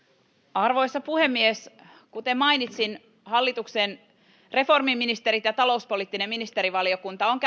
arvoisa puhemies kuten mainitsin hallituksen reformiministerit ja talouspoliittinen ministerivaliokunta ovat